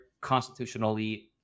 constitutionally